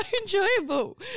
enjoyable